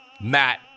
Matt